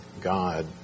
God